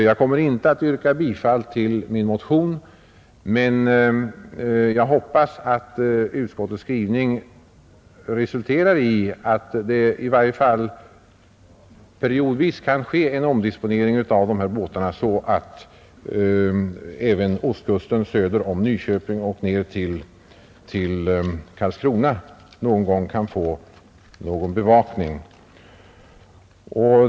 Jag kommer inte att yrka bifall till min motion, men jag hoppas att utskottets skrivning resulterar i att i varje fall periodvis en omdisponering kan ske av båtarna så att även ostkusten söder om Nyköping och ner till Karlskrona någon gång kan få bevakning.